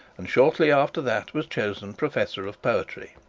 and shortly after that was chosen professor of poetry.